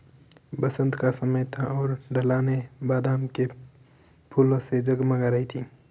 बसंत का समय था और ढलानें बादाम के फूलों से जगमगा रही थीं